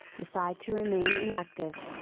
decide to remain inactive.